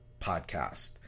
Podcast